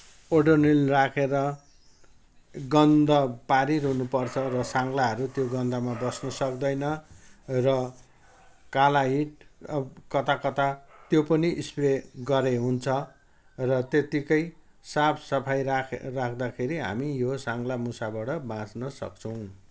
ओडोनिल राखेर गन्ध पारिरहनु पर्छ र साङ्लाहरू त्यो गन्धमा बस्नु सक्दैन र कालाहिट अब कता कता त्यो पनि स्प्रे गरे हुन्छ र त्यत्तिकै साफसफाई राख राख्दाखेरि हामी यो साङ्ला मुसाबाट बाँच्नसक्छौँ